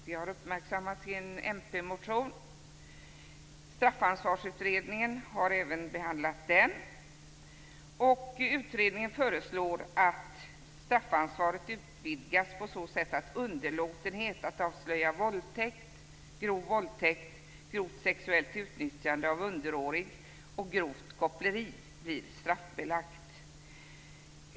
Detta har uppmärksammats i en mpmotion. Straffansvarsutredningen har behandlat även detta, och utredningen föreslår att straffansvaret utvidgas på så sätt att underlåtenhet att avslöja våldtäkt, grov våldtäkt, grovt sexuellt utnyttjande av underårig och grovt koppleri blir straffbelagt.